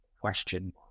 question